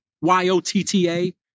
Y-O-T-T-A